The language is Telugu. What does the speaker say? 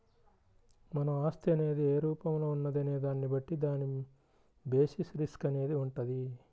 మన ఆస్తి అనేది ఏ రూపంలో ఉన్నది అనే దాన్ని బట్టి దాని బేసిస్ రిస్క్ అనేది వుంటది